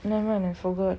never mind I forgot